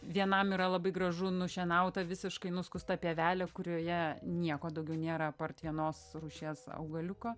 vienam yra labai gražu nušienauta visiškai nuskusta pievelė kurioje nieko daugiau nėra apart vienos rūšies augaliuko